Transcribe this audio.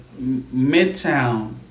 Midtown